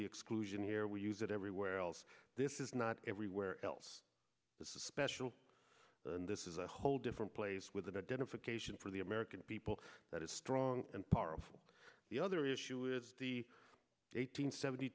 the exclusion here we use it everywhere else this is not everywhere else this is special and this is a whole different place with an identification for the american people that is strong and powerful the other issue is the eight hundred seventy